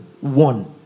One